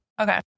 Okay